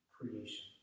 creation